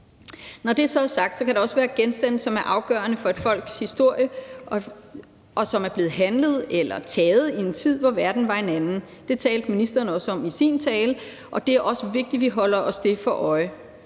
Når det så er sagt, vil der også være genstande, som er afgørende for et folks historie, og som er blevet handlet eller taget i en tid, hvor verden var en anden. Det talte ministeren også om i sin tale, og det er også vigtigt, at vi holder os det for øje.